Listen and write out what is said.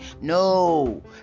no